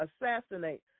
assassinate